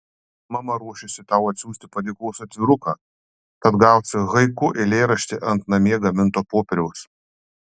mama ruošiasi tau atsiųsti padėkos atviruką tad gausi haiku eilėraštį ant namie gaminto popieriaus